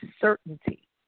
certainty